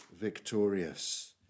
victorious